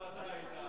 גם אתה היית,